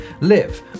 live